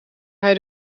hij